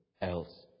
else